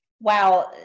Wow